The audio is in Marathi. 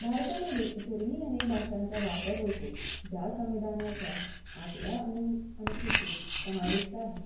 भारतामध्ये इतरही अनेक भाषांचा वापर होतो ज्या संविधानाच्या आठव्या अनु अनुसूचित समाविष्ट आहे